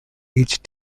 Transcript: each